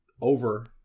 over